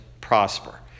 prosper